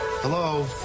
Hello